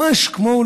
ממש כמו,